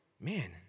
man